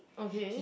okay